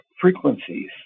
frequencies